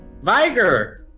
Viger